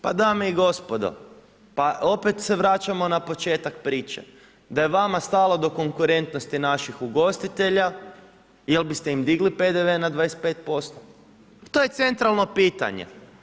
Pa dame i gospodo pa opet se vraćamo na početak priče da je vama stalo do konkurentnosti naših ugostitelja, je li biste im digli PDV na 25%, to je centralno pitanje.